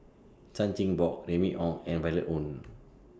Chan Chin Bock Remy Ong and Violet Oon